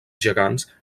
gegants